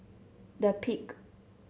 The Peak